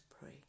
pray